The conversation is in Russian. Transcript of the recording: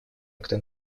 акты